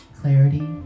clarity